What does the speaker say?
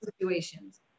situations